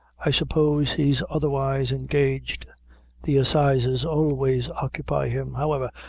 i suppose he's otherwise engaged the assizes always occupy him. however,